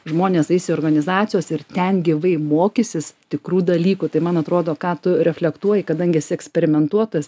žmonės ais į organizacijos ir ten gyvai mokysis tikrų dalykų tai man atrodo ką tu reflektuoji kadangi esi eksperimentuotojas